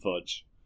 fudge